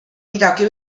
midagi